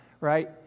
Right